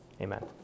Amen